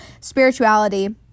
spirituality